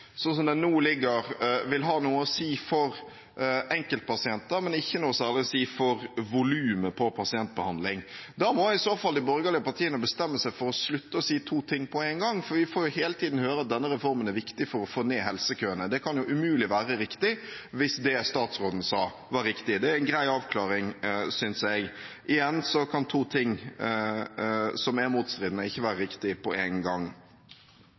sånn som den nå ligger, vil ha noe å si for enkeltpasienter, men ikke noe særlig å si for volumet på pasientbehandling. Da må i så fall de borgerlige partiene bestemme seg for å slutte å si to ting på én gang, for vi får hele tiden høre at denne reformen er viktig for å få ned helsekøene. Det kan umulig være riktig, hvis det statsråden sa, var riktig. Det er en grei avklaring, synes jeg. Igjen: To ting som er motstridende, kan ikke være riktige på én gang. Jeg synes nok at en